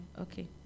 Okay